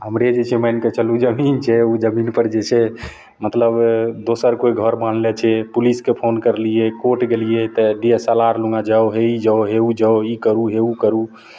हमरे जे छै मानिके चलू जमीन छै ओ जमीनपर जे छै मतलब दोसर कोइ घर बान्हले छै पुलिसके फोन करलिए कोर्ट गेलिए तऽ डी एस एल आर लग जाउ हे ई जाउ हे ओ जाउ ई करू हे ओ करू